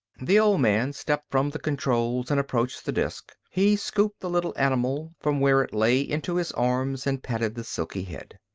the old man stepped from the controls and approached the disk. he scooped the little animal from where it lay into his arms and patted the silky head.